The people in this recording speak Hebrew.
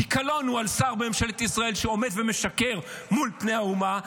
כי קלון הוא על שר בממשלת ישראל שעומד ומשקר מול פני האומה.